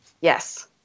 Yes